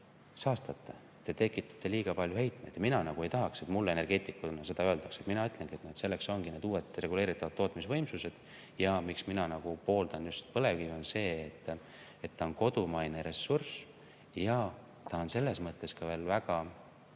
saastate, te tekitate liiga palju heitmeid. Mina ei tahaks, et mulle energeetikuna seda öeldakse. Mina ütlengi, et selleks ongi need uued reguleeritavad tootmisvõimsused. Ja põhjus, miks mina pooldan just põlevkivi, on see, et ta on kodumaine ressurss. Põlevkivi on selles mõttes veel väga